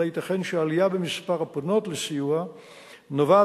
אלא ייתכן שהעלייה במספר הפונות לקבלת סיוע נובעת